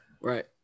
Right